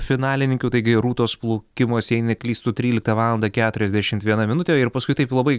finalininkių taigi rūtos plaukimas jei neklystu tryliktą valandą keturiasdešimt viena minutė ir paskui taip labai